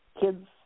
kids